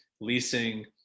leasing